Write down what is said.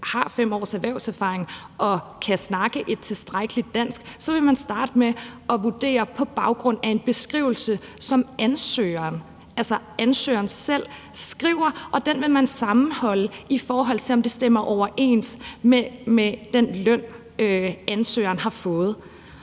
har 5 års erhvervserfaring og kan snakke et tilstrækkeligt dansk, kan vi se, at man vil starte med at vurdere på baggrund af en beskrivelse, som ansøgeren – altså ansøgeren selv – skriver, og den vil man sammenholde med den løn, ansøgeren har fået,